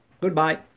Goodbye